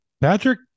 Patrick